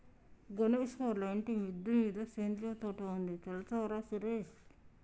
గణేష్ వాళ్ళ ఇంటి మిద్దె మీద సేంద్రియ తోట ఉంది తెల్సార సురేష్